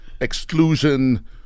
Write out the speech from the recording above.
exclusion